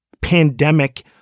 pandemic